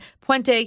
Puente